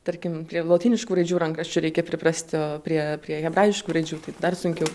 tarkim prie lotyniškų raidžių rankraščių reikia priprast o prie prie hebrajiškų raidžių tai dar sunkiau